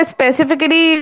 Specifically